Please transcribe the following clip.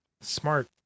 smart